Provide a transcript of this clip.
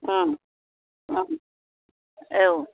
उम उम औ